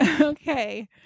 okay